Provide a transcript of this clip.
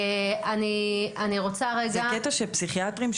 אני רוצה רגע --- זה קטע שפסיכיאטרים,